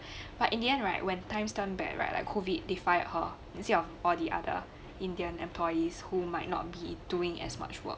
but in the end right when times turn bad right like COVID they fired her instead of all the other indian employees who might not be doing as much work